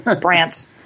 Brant